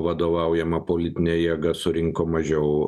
vadovaujama politinė jėga surinko mažiau